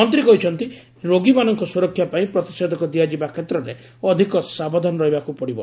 ମନ୍ତ୍ରୀ କହିଚ୍ଚନ୍ତି ରୋଗୀମାନଙ୍କ ସ୍ତରକ୍ଷା ପାଇଁ ପ୍ରତିଷେଧକ ଦିଆଯିବା କ୍ଷେତ୍ରରେ ଅଧିକ ସାବଧାନ ରହିବାକୁ ପଡ଼ିବ